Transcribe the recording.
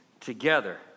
together